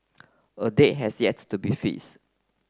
a date has yet to be face